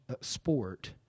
sport